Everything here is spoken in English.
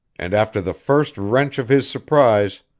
and after the first wrench of his surprise,